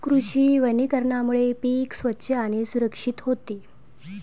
कृषी वनीकरणामुळे पीक स्वच्छ आणि सुरक्षित होते